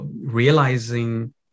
realizing